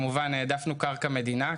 כמובן שהעדפנו קרקע מדינה,